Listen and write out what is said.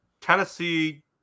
Tennessee